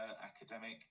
academic